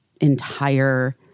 entire